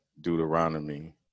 Deuteronomy